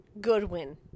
Goodwin